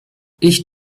ich